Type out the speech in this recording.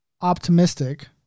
optimistic